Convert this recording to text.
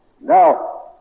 Now